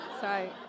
Sorry